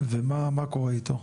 ומה קורה אתו?